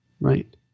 Right